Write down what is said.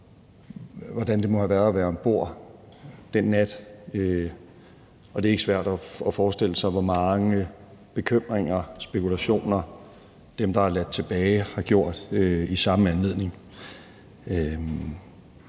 hvordan det må have været at være om bord den nat, og det er ikke svært at forestille sig, hvor mange bekymringer, spekulationer, de, der er ladt tilbage, har gjort sig i samme anledning.